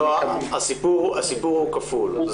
לא, הסיפור הוא כפול.